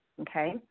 okay